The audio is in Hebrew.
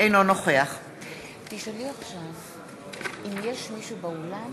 אינו נוכח האם יש מישהו באולם